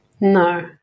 no